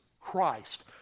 Christ